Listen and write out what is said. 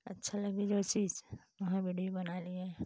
अच्छा लगे जो चीज़ वहाँ विडिओ बना लिए